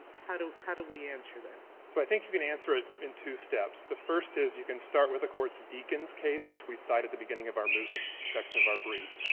how do how do we answer that? fisher so i think you can answer it in two steps. the first is you can start with the court's deakins case, which we cite at the beginning of our mootness section of our brief,